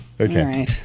okay